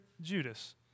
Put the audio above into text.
Judas